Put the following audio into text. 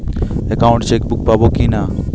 Account chequebook পাবো কি না?